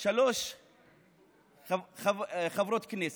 שלוש חברות כנסת,